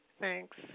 Thanks